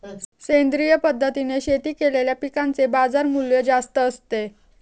सेंद्रिय पद्धतीने शेती केलेल्या पिकांचे बाजारमूल्य जास्त असते